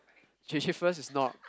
J_J first is not